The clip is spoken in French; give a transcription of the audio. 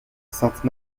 sainte